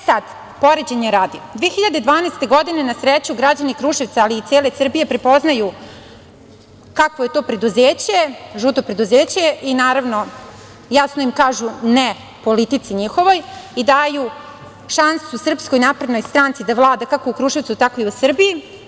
Sada, poređenja radi, 2012. godine, na sreću, građani Kruševca, ali i cele Srbije prepoznaju kakvo je to preduzeće, žuto preduzeće, i jasno im kažu ne politici njihovoj i daju šansu SNS, da vlada kako u Kruševcu, tako i u Srbiji.